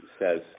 says